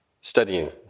studying